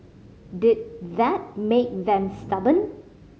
did that make them stubborn